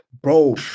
bro